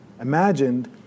imagined